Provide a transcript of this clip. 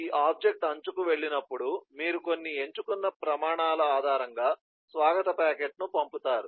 ఈ ఆబ్జెక్ట్ అంచుకు వెళ్ళినప్పుడు మీరు కొన్ని ఎంచుకున్న ప్రమాణాల ఆధారంగా స్వాగత ప్యాకెట్ను పంపుతారు